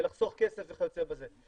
ולחסוך כסף וכיוצא בזה.